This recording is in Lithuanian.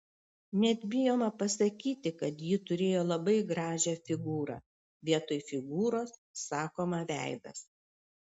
net bijoma pasakyti kad ji turėjo labai gražią figūrą vietoj figūros sakoma veidas